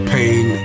Pain